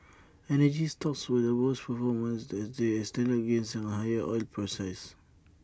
energy stocks were the best performers as they extended gains on higher oil prices